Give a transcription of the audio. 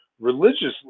religiously